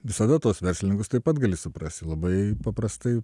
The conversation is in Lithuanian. visada tuos verslininkus taip pat gali suprasti labai paprastai